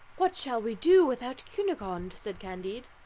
what shall we do without cunegonde? said candide.